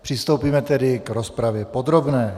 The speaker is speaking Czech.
Přistoupíme tedy k rozpravě podrobné.